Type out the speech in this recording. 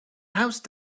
house